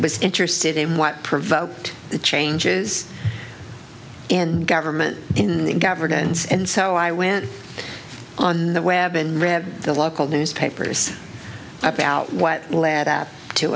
was interested in what provoked the changes in government in the governance and so i went on the web and read the local newspapers about what led up to